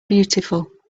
beautiful